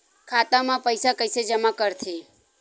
खाता म पईसा कइसे जमा करथे?